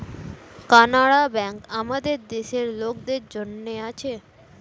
Canara bank আমাদের দেশের লোকদের জন্যে আছে